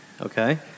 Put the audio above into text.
Okay